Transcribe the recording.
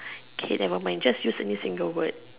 okay never mind just use any single word